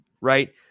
right